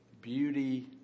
Beauty